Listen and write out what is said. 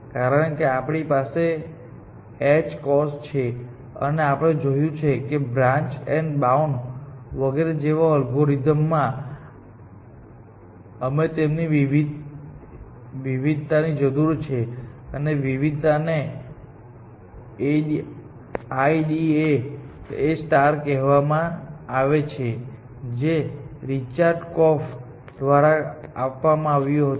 કારણ કે આપણી પાસે h કોસ્ટ છે અને આપણે જોયું કે બ્રાન્ચ એન્ડ બાઉન્ડ વગેરે જેવા અલ્ગોરિધમ માં અમને તેની વિવિધતાની જરૂર છે અને વિવિધતાને IDA કહેવામાં આવે છે જે રિચાર્ડ કોર્ફ દ્વારા આપવામાં આપ્યું હતું